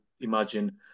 imagine